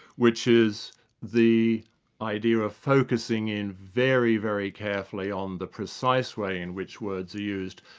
which is the idea of focusing in very, very carefully on the precise way in which words are used.